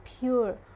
pure